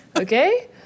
Okay